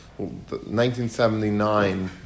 1979